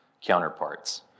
counterparts